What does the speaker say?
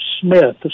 Smith